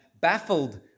baffled